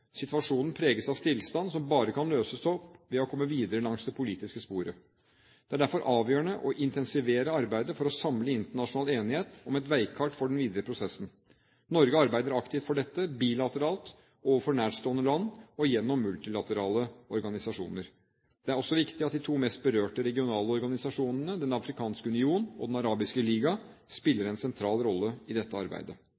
Situasjonen preges av stillstand som bare kan løses opp ved å komme videre langs det politiske sporet. Det er derfor avgjørende å intensivere arbeidet for å samle internasjonal enighet om et veikart for den videre prosessen. Norge arbeider aktivt for dette, bilateralt overfor nærstående land og gjennom multilaterale organisasjoner. Det er også viktig at de to mest berørte regionale organisasjonene, Den afrikanske union og Den arabiske liga,